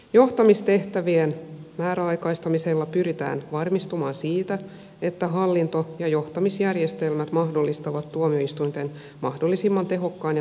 johtamistehtävien määräaikaistamisella pyritään varmistumaan siitä että hallinto ja johtamisjärjestelmät mahdollistavat tuomioistuinten mahdollisimman tehokkaan ja tuloksellisen toiminnan